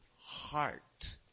heart